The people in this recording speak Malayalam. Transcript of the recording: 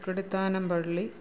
ത്രിക്കടിത്താനം പള്ളി